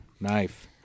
knife